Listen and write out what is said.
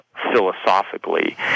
Philosophically